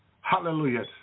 hallelujah